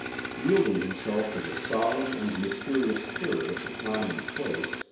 yielding himself to the solemn and mysterious spirit of the time and place,